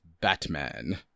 Batman